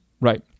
Right